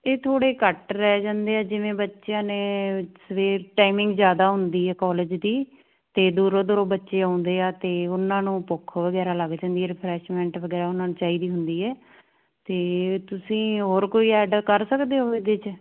ਇਹ ਥੋੜੇ ਘੱਟ ਰਹਿ ਜਾਂਦੇ ਆ ਜਿਵੇਂ ਬੱਚਿਆਂ ਨੇ ਸਵੇਰ ਟਾਈਮਿੰਗ ਜਿਆਦਾ ਹੁੰਦੀ ਹੈ ਕਾਲਜ ਦੀ ਤੇ ਦੂਰੋਂ ਦੂਰੋਂ ਬੱਚੇ ਆਉਂਦੇ ਆ ਤੇ ਉਹਨਾਂ ਨੂੰ ਭੁੱਖ ਵਗੈਰਾ ਲੱਗ ਜਾਂਦੀ ਰਿਫਰੈਸ਼ਮੈਂਟ ਵਗੈਰਾ ਉਹਨਾਂ ਨੂੰ ਚਾਹੀਦੀ ਹੁੰਦੀ ਹੈ ਤੇ ਤੁਸੀਂ ਹੋਰ ਕੋਈ ਐਡ ਕਰ ਸਕਦੇ ਹੋ ਇਹਦੇ ਚ